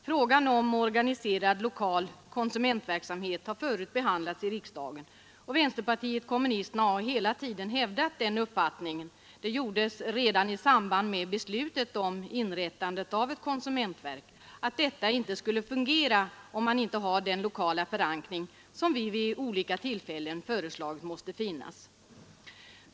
Frågan om organiserad lokal konsumentverksamhet har förut behandlats av riksdagen, och vänsterpartiet kommunisterna har hela tiden hävdat uppfattningen — det gjordes redan i samband med beslutet om inrättandet av ett konsumentverk — att detta inte skulle fungera om man inte har den lokala förankring som vi vid olika tillfällen föreslagit.